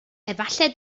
efallai